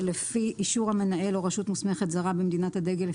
שלפי אישור המנהל או רשות מוסמכת זרה במדינת הדגל,